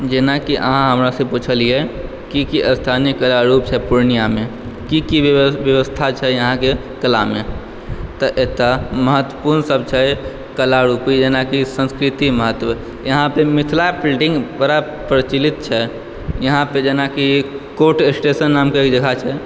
जेनाकि अहाँ हमरासँ पुछलियै की की स्थानीय कलारुप छै पूर्णियामे की की व्यवस्था छै यहाँके कलामे तऽ एतऽ महत्वपुर्ण सब छै कलारूपी जेनाकि संस्कृति महत्व यहाँपर मिथिला प्रिंटिंग बड़ा प्रचलित छै यहाँपर जेनाकि कोर्ट स्टेशन नामके एक जगह छै